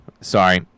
Sorry